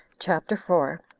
chapter four.